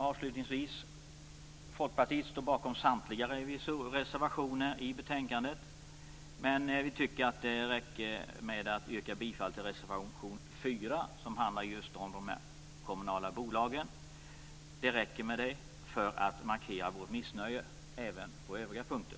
Avslutningsvis vill jag säga att Folkpartiet står bakom samtliga reservationer i betänkande, men vi tycker att det räcker med att yrka bifall till reservation 4, som handlar om de kommunala bolagen, för att markera vårt missnöje även på övriga punkter.